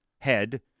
head